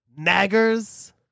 naggers